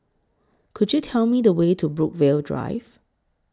Could YOU Tell Me The Way to Brookvale Drive